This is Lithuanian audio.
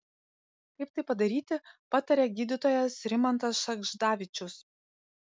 kaip tai padaryti pataria gydytojas rimantas šagždavičius